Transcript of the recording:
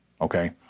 okay